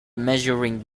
measuring